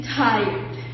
tired